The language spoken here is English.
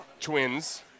Twins